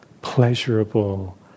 pleasurable